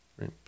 right